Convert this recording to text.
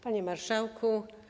Panie Marszałku!